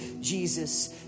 Jesus